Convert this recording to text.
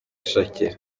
shakira